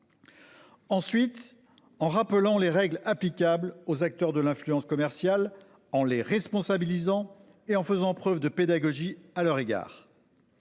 Ensuite en rappelant les règles applicables aux acteurs de l'influence commerciale en les responsabilisant et en faisant preuve de pédagogie à leur égard.